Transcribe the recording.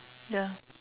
ya